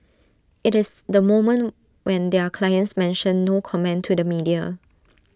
IT is the moment when their clients mention no comment to the media